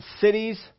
Cities